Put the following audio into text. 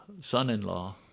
son-in-law